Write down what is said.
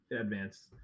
advanced